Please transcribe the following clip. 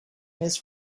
his